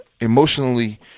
emotionally